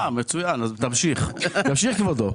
מצוין, אז תמשיך, כבודו,